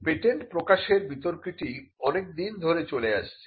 patent প্রকাশের বিতর্কটি অনেকদিন ধরে চলে আসছে